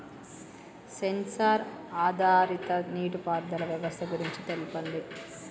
Censor ఆధారిత నీటిపారుదల వ్యవస్థ గురించి తెల్పండి?